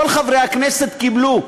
כל חברי הכנסת קיבלו,